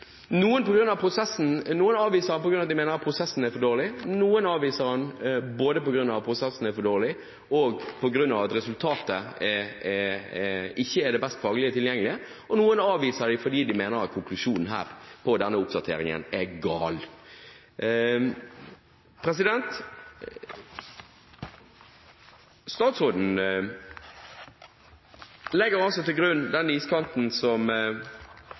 noen avviser fordi de mener at prosessen er for dårlig, noen avviser både på grunn av at prosessen er for dårlig og på grunn av at resultatet ikke er det best faglig tilgjengelige, og noen avviser fordi de mener at konklusjonen på denne oppdateringen er gal. Statsråden legger altså til grunn den iskantdefinisjonen som